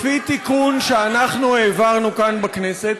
לפי תיקון שאנחנו העברנו כאן בכנסת,